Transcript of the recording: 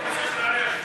וצריך להתערב.